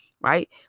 right